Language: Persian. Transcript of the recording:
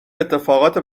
اتفاقات